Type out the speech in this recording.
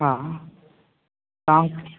हा तव्हां